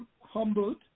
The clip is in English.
humbled